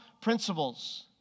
principles